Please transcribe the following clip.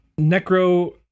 Necro